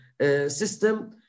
system